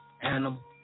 animal